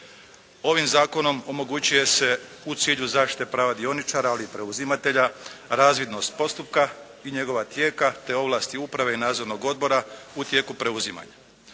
Ovim zakonom omogućuje se u cilju zaštite prava dioničara, ali i preuzimatelja, razvidnost postupka i njegova tijeka te ovlasti uprave i nadzornog odbora u tijeku preuzimanja.